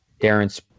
Darren